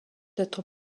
être